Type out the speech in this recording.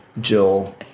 Jill